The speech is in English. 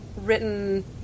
written